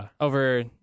Over